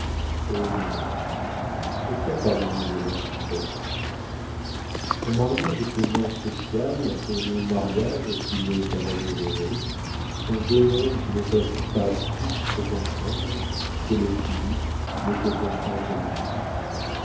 o mon ange pourquoi parlons-nous une langue différente ton mariage purement social et mon mariage qui n'est qu'un amour heureux sont deux mondes qui ne peuvent pas plus se comprendre que le fini ne peut comprendre l'infini